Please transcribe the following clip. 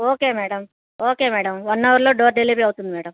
okay madam okay madam one అవర్లో door delivery అవుతుంది madam